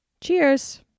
Cheers